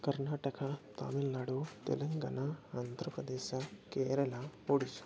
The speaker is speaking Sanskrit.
कर्णाटकं तामिल्नाडुः तेलङ्गणा आन्ध्रप्रदेशः केरलः ओडिशा